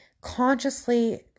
consciously